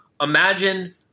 imagine